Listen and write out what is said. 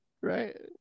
Right